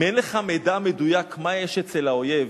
אם אין לך מידע מדויק מה יש אצל האויב,